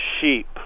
sheep